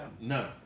No